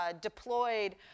deployed